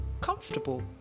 comfortable